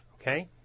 Okay